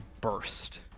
burst